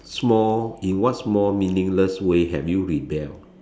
small in what small meaningless way have you rebelled